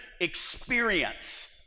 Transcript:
experience